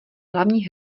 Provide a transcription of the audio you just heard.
hlavní